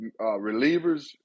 relievers